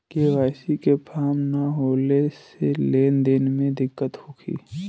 KYC के form न होले से लेन देन में दिक्कत होखी?